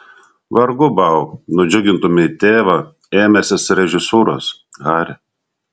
vargu bau nudžiugintumei tėvą ėmęsis režisūros hari